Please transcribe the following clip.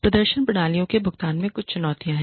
प्रदर्शन प्रणालियों के लिए भुगतान की कुछ चुनौतियाँ हैं